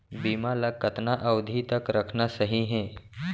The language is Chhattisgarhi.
बीमा ल कतना अवधि तक रखना सही हे?